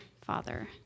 Father